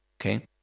Okay